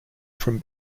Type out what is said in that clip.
from